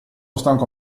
stanco